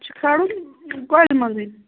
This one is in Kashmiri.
یہِ چھُ کھارُن کۅلہِ مَنٛزٕے